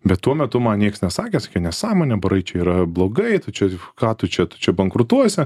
bet tuo metu man nieks nesakė sakė nesąmonė barai čia yra blogai tu čia ką tu čia tu čia bankrutuosi